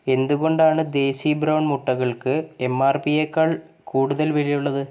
എന്തുകൊണ്ടാണ് ദേസി ബ്രൗൺ മുട്ടകൾക്ക് M R പിയെക്കാൾ കൂടുതൽ വിലയുള്ളത്